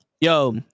Yo